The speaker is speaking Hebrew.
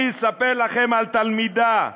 אני אספר לכם על תלמידה,